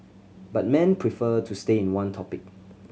but men prefer to stay in one topic